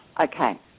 Okay